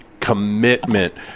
commitment